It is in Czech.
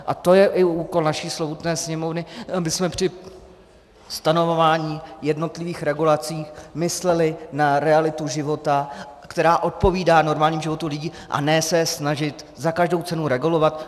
A to je i úkol naší slovutné Sněmovny, abychom při stanovování jednotlivých regulací mysleli na realitu života, která odpovídá normálnímu životu lidí, a ne se snažit za každou cenu regulovat.